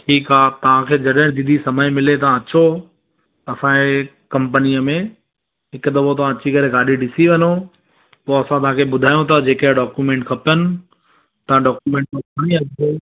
ठीकु आहे तव्हांखे जॾहिं दीदी समय मिले तव्हां अचो असांजी कंपनीअ में हिकु दफ़ो तव्हां गाॾी अची करे ॾिसी वञो पोइ असां तव्हांखे ॿुधायूं था जेके डॉक्यूमेंट खपनि तव्हां डॉक्यूमेंट खणी अचिजो